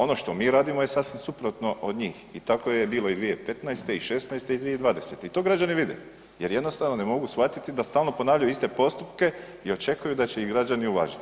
Ono što mi radimo je sasvim suprotno od njih i tako je bilo i 2015., 2016. i 2020. i to građani vide jer jednostavno ne mogu shvatiti da stalno ponavljaju iste postupke i očekuju da će ih građani uvažiti.